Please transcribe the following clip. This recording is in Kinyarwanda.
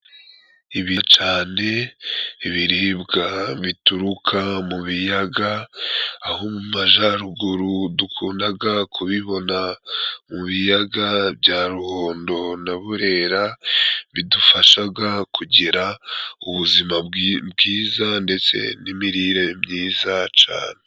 Ibicane : Ibiribwa bituruka mu biyaga, aho mu majaruguru dukundaga kubibona mu biyaga bya Ruhondo na Burera, bidufashaga kugira ubuzima bwiza ndetse n'imirire myiza cane.